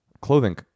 clothing